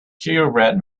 gingerbread